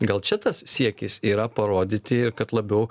gal čia tas siekis yra parodyti kad labiau